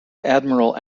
admiral